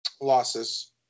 losses